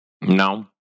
No